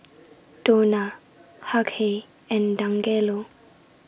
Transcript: Donna Hughey and Dangelo